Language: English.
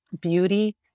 beauty